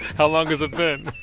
how long has it been?